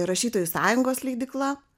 rašytojų sąjungos leidykla